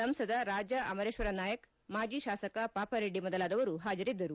ಸಂಸದ ರಾಜಾ ಅಮರೇಶ್ವರ ನಾಯಕ್ ಮಾಜಿ ಶಾಸಕ ಪಾಪರೆಡ್ಡಿ ಮೊದಲಾದವರು ಹಾಜರಿದ್ದರು